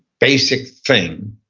basic thing